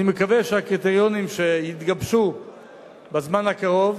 אני מקווה שהקריטריונים שיתגבשו בזמן הקרוב